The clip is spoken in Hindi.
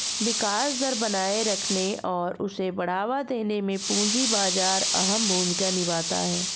विकास दर बनाये रखने और उसे बढ़ावा देने में पूंजी बाजार अहम भूमिका निभाता है